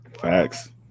Facts